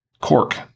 cork